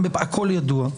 הכל ידוע.